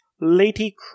Lady